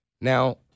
Now